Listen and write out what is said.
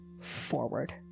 forward